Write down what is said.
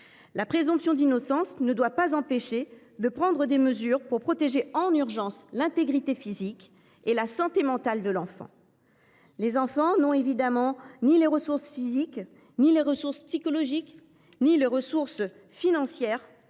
La présomption d’innocence ne doit pas empêcher de prendre des mesures pour protéger en urgence l’intégrité physique et la santé mentale de l’enfant. Les enfants n’ont évidemment ni les ressources physiques, ni les ressources psychologiques, ni les ressources financières